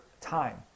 time